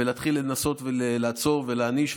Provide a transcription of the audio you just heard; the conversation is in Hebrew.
ולהתחיל לנסות ולעצור ולהעניש,